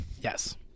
Yes